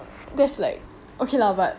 that's like okay lah but